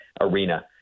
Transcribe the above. arena